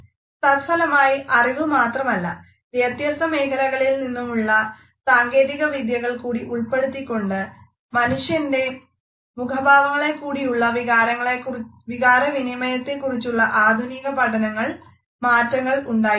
തത്ഫലമായി അറിവ് മാത്രമല്ല വ്യത്യസ്ത മേഖലകളിൽ നിന്നുമുള്ള സാങ്കേതികവിദ്യകൾ കൂടി ഉൾപ്പെടുത്തിക്കൊണ്ട് മനുഷ്യൻറെ മുഖഭാവനകളിക്കൂടിയുള്ള വികാരവിനിമയത്തെക്കുറിച്ചുള്ള ആധുനിക പഠനങ്ങൾക്ക് മാറ്റങ്ങൾ ഉണ്ടായിരിക്കുന്നു